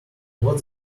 what